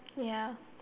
ya